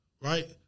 right